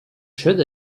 should